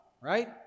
right